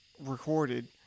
recorded